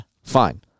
Fine